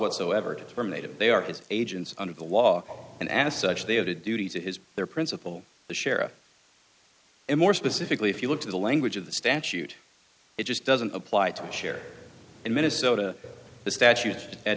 whatsoever to terminate if they are his agents under the law and as such they have a duty to his their principal the sherif and more specifically if you look to the language of the statute it just doesn't apply to share in minnesota the statute at